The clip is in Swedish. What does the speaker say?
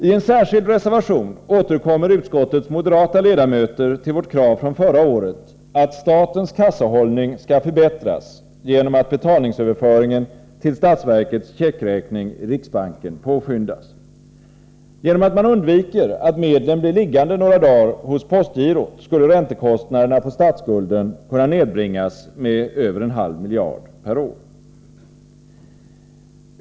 I en särskild reservation återkommer utskottets moderata ledamöter till vårt krav från förra året, att statens kassahållning skall förbättras genom att betalningsöverföringen till statsverkets checkräkning i riksbanken påskyndas. Genom att man undviker att medlen blir liggande några dagar hos postgirot skulle räntekostnaderna på statsskulden kunna nedbringas med över en halv miljard per år.